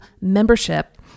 membership